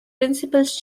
principles